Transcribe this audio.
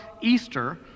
Easter